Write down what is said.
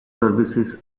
services